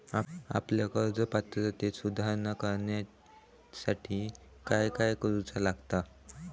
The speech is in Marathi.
आपल्या कर्ज पात्रतेत सुधारणा करुच्यासाठी काय काय करूचा लागता?